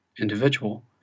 individual